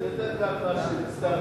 יותר קל מאשר סטס.